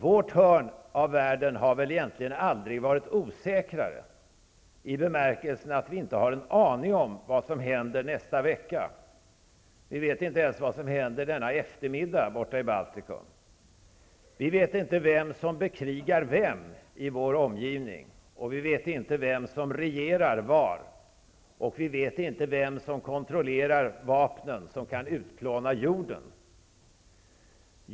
Vårt hörn av världen har väl egentligen aldrig varit mer osäkert i den bemärkelsen att vi inte har en aning om vad som händer nästa vecka, eller vad som händer denna eftermiddag borta i Baltikum. Vi vet inte det. Vi vet inte vem som bekrigar vem i vår omgivning, vi vet inte vem som regerar var, och vi vet inte vem som kontrollerar vapnen som kan utplåna jorden.